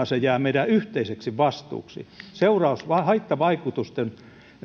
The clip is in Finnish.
se jää meidän yhteiseksi vastuuksi haittavaikutusten